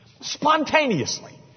Spontaneously